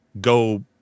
go